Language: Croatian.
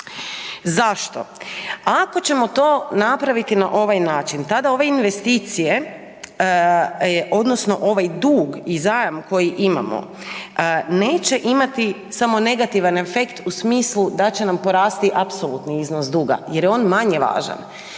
Zašto? Ako ćemo to napraviti na ovaj način, tada ove investicije, odnosno ovaj dug i zajam koji imamo neće imati samo negativan efekt u smislu da će nam porasti apsolutni iznos duga jer je on manje važan.